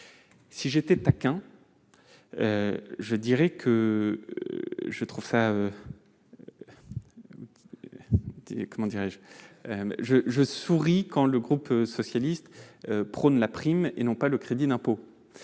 Si j'étais taquin, je dirais qu'entendre le groupe socialiste prôner la prime et non pas le crédit d'impôt